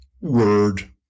Word